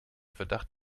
verdacht